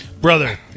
Brother